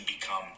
become